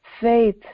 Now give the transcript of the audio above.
faith